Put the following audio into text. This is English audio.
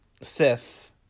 Sith